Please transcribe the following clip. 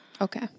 Okay